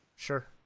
Sure